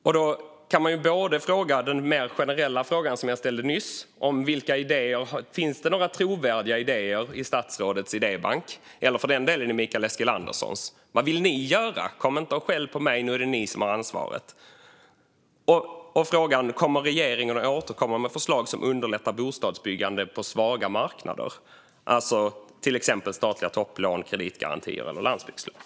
Man kan då ställa den mer generella frågan som jag ställde nyss om det finns några trovärdiga idéer i statsrådets eller Mikael Eskilanderssons idébanker. Vad vill ni göra? Kom inte och skäll på mig - nu är det ni som har ansvaret! Kommer regeringen att återkomma med förslag som underlättar bostadsbyggande på svaga marknader, till exempel statliga topplån, kreditgarantier eller landsbygdslån?